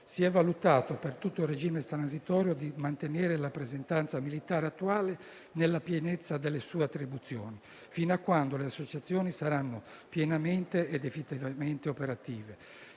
di mantenere, per tutto il regime transitorio, la rappresentanza militare attuale nella pienezza delle sue attribuzioni, fino a quando le associazioni saranno pienamente e definitivamente operative.